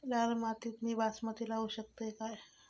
लाल मातीत मी बासमती लावू शकतय काय?